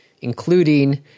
including